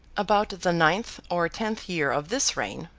about the ninth or tenth year of this reign,